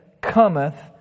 cometh